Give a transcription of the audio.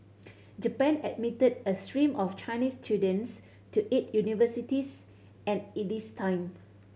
Japan admitted a stream of Chinese students to its universities at this time